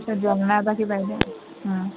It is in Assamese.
জেলনা বা কিবা দি